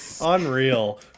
Unreal